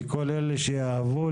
לכל אלה שאהבו,